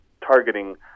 targeting